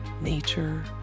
nature